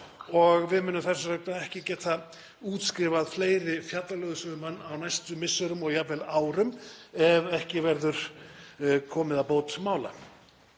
og við munum þess vegna ekki geta útskrifað fleiri fjallaleiðsögumenn á næstu misserum og jafnvel árum ef ekki verður komið að bót mála.